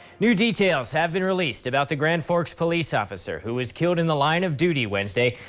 new details have been released about the grand forks police officer, who was killed in the line of duty wednesday.